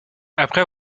après